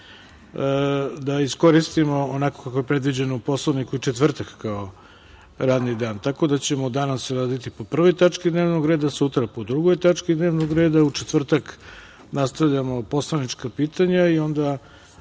da iskoristimo, onako kako je predviđeno u Poslovniku, četvrtak kao radni dan, tako da ćemo danas raditi po 1. tački dnevnog reda, sutra po 2. tački dnevnog reda, a u četvrtak nastavljamo poslanička pitanja i onda